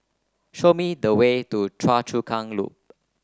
show me the way to Choa Chu Kang Loop